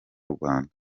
rwanda